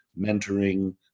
mentoring